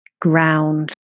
ground